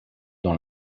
dans